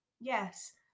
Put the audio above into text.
Yes